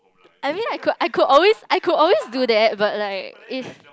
I mean I could I could always I could always do that but like is